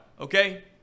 okay